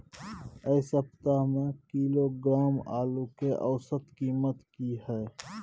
ऐ सप्ताह एक किलोग्राम आलू के औसत कीमत कि हय?